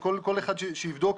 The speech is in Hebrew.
שכל אחד יבדוק,